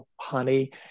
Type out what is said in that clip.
honey